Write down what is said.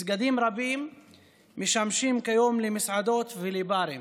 מסגדים רבים משמשים כיום למסעדות ולברים,